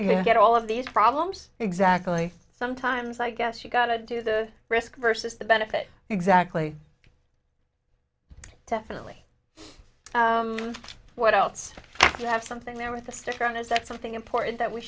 u get all of these problems exactly sometimes i guess you got to do the risk versus the benefit exactly definitely what else you have something there with a stick around is that something important that we